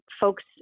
Folks